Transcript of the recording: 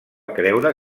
creure